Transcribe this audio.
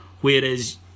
Whereas